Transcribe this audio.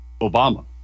Obama